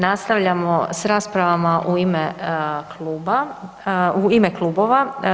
Nastavljamo s rasprava u ime kluba, u ime klubova.